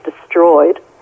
destroyed